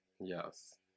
Yes